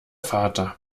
vater